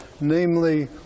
namely